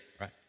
right